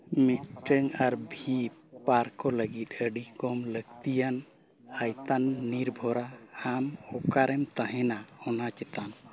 ᱢᱤᱫᱴᱟᱱ ᱟᱨ ᱵᱷᱤ ᱯᱟᱨᱠᱚ ᱞᱟᱹᱜᱤᱫ ᱟᱹᱰᱤ ᱠᱚᱢ ᱞᱟᱹᱠᱛᱤᱭᱟᱱ ᱟᱭᱛᱟᱱ ᱱᱤᱨᱵᱷᱚᱨᱟ ᱟᱢ ᱚᱠᱟᱨᱮᱢ ᱛᱟᱦᱮᱱᱟ ᱚᱱᱟ ᱪᱮᱛᱟᱱ ᱨᱮ